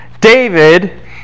David